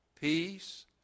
peace